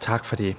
Tak for det.